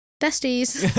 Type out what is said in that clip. Besties